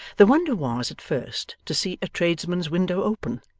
the wonder was, at first, to see a tradesman's window open,